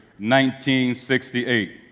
1968